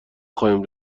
خواهیم